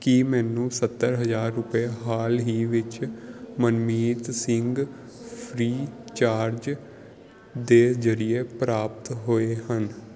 ਕੀ ਮੈਨੂੰ ਸੱਤਰ ਹਜ਼ਾਰ ਰੁਪਏ ਹਾਲ ਹੀ ਵਿੱਚ ਮਨਮੀਤ ਸਿੰਘ ਫ੍ਰੀ ਚਾਰਜ ਦੇ ਜ਼ਰੀਏ ਪ੍ਰਾਪਤ ਹੋਏ ਹਨ